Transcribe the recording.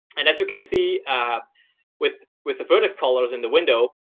and as you can see with with the vertex colors in the window,